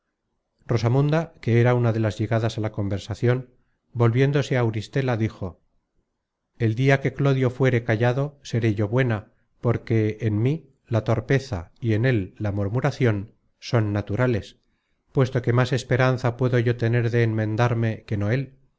silencio rosamunda que era una de las llegadas a la conversacion volviéndose á auristela dijo el dia que clodio fuere callado seré yo buena porque en mí la torpeza y en él la murmuracion son naturales puesto que más esperanza puedo yo tener de enmendarme que no